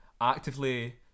actively